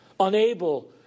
Unable